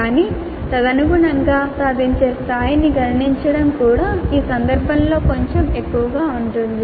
కానీ తదనుగుణంగా సాధించే స్థాయిని గణించడం కూడా ఈ సందర్భంలో కొంచెం ఎక్కువగా ఉంటుంది